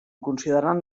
considerant